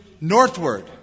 northward